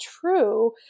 true